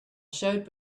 showed